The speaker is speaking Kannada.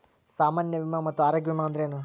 ಸಾಮಾನ್ಯ ವಿಮಾ ಮತ್ತ ಆರೋಗ್ಯ ವಿಮಾ ಅಂದ್ರೇನು?